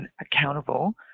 accountable